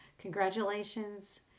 congratulations